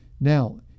Now